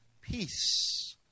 peace